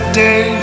day